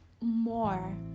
more